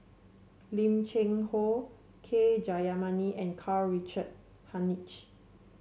Lim Cheng Hoe K Jayamani and Karl Richard Hanitsch